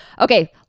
Okay